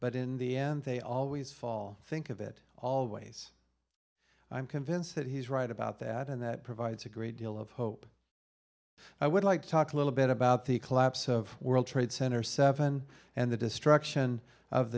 but in the end they always fall think of it always i'm convinced that he's right about that and that provides a great deal of hope i would like to talk a little bit about the collapse of world trade center seven and the destruction of